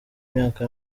myaka